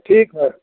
ठीक है